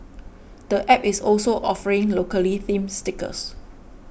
the app is also offering locally themed stickers